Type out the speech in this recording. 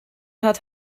hat